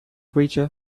creature